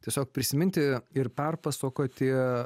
tiesiog prisiminti ir perpasakoti